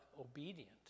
Obedient